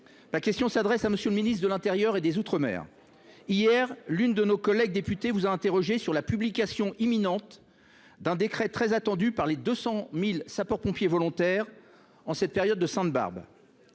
Ma question s’adresse à M. le ministre de l’intérieur et des outre mer. Monsieur le ministre, hier, l’une de nos collègues députées vous a interrogé sur la publication imminente d’un décret très attendu par les 200 000 sapeurs pompiers volontaires, en cette période de fête de